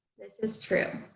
this is true.